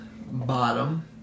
bottom